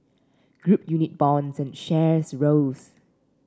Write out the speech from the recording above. group unit bonds and shares rose